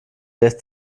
lässt